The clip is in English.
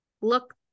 look